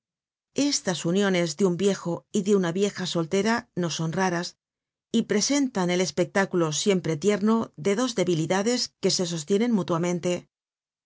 estas uniones de un viejo y de una vieja soltera no son raras y presentan el espectáculo siempre tierno de dos debilidades que se sostienen mutuamente